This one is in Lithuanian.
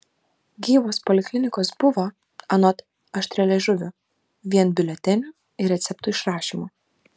gyvos poliklinikos buvo anot aštrialiežuvių vien biuletenių ir receptų išrašymu